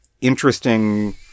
interesting